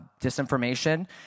disinformation